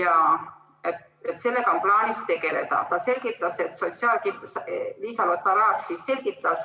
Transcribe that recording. ja sellega on plaanis tegeleda. Liisa-Lotta Raag selgitas,